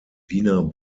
wiener